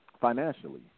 financially